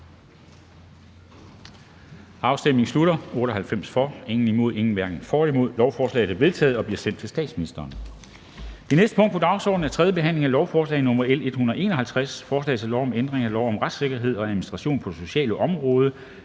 stemte 0, hverken for eller imod stemte 0. Lovforslaget er enstemmigt vedtaget og vil nu blive sendt til statsministeren. --- Det næste punkt på dagsordenen er: 5) 3. behandling af lovforslag nr. L 151: Forslag til lov om ændring af lov om retssikkerhed og administration på det sociale område.